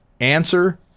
Answer